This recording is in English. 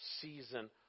season